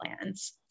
plans